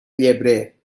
llebrer